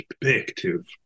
perspective